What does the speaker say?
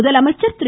முதலமைச்சர் திரு